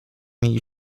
mieli